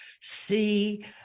see